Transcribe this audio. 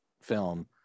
film